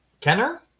Kenner